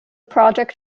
project